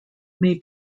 may